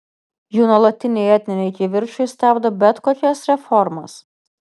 jų nuolatiniai etniniai kivirčai stabdo bet kokias reformas